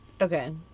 Okay